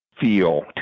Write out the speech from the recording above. feel